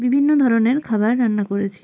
বিভিন্ন ধরনের খাবার রান্না করেছি